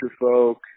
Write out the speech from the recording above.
Folk